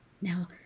Now